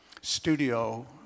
studio